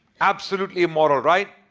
absolutely immoral. right?